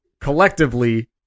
collectively